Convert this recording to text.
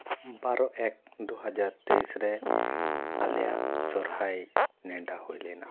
ᱵᱟᱨᱳ ᱮᱠ ᱫᱩᱦᱟᱡᱟᱨ ᱛᱮᱭᱤᱥ ᱨᱮ ᱟᱞᱮᱭᱟᱜ ᱥᱚᱨᱦᱟᱭ ᱱᱮᱰᱟ ᱦᱩᱭ ᱞᱮᱱᱟ